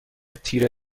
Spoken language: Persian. تیره